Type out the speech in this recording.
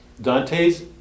Dante's